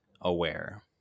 aware